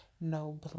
no